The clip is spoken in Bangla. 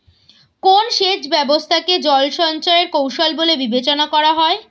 কোন সেচ ব্যবস্থা কে জল সঞ্চয় এর কৌশল বলে বিবেচনা করা হয়?